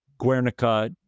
Guernica